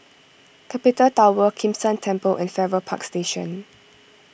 Capital Tower Kim San Temple and Farrer Park Station